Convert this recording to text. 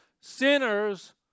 sinners